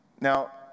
Now